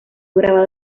grabado